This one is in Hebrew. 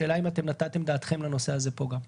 השאלה היא האם נתתם דעתכם לנושא הזה גם פה?